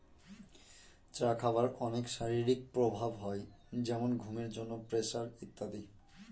চা খাবার অনেক শারীরিক প্রভাব হয় যেমন ঘুমের জন্য, প্রেসার ইত্যাদি